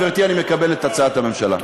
גברתי, אני מקבל את הצעת הממשלה.